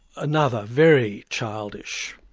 another very childish